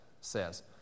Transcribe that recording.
says